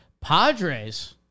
Padres